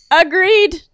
Agreed